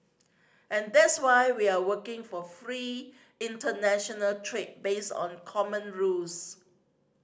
and that's why we are working for free international trade based on common rules